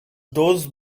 dos